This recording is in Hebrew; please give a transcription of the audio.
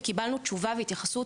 וקבלנו תשובה והתייחסות